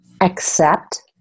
accept